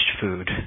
food